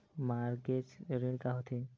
Mortgage ऋण का होथे?